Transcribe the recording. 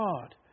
God